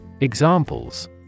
Examples